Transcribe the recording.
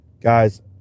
guys